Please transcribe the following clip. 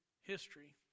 history